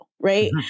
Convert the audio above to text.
Right